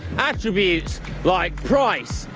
attributes like price,